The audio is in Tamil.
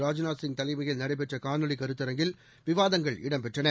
ராஜ்நாத் சிங் தலைமையில் நடைபெற்றகாணொளிகருத்தரங்கில் விவாதங்கள் இடம் பெற்றன